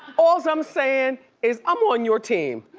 alls i'm saying is i'm on your team,